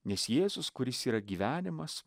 nes jėzus kuris yra gyvenimas